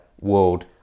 world